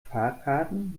fahrkarten